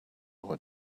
what